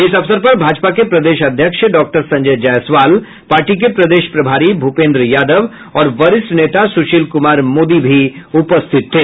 इस अवसर पर भाजपा के प्रदेश अध्यक्ष डॉक्टर संजय जायसवाल पार्टी के प्रदेश प्रभारी भूपेन्द्र यादव और वरिष्ठ नेता सुशील कुमार मोदी भी उपस्थित थे